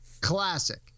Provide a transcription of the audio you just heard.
classic